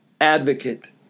advocate